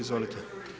Izvolite.